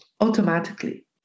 automatically